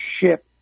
ship